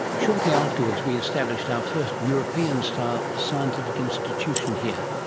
shortly afterwards we established our first european-style scientific institution here.